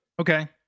Okay